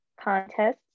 contests